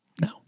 No